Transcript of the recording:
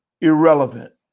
irrelevant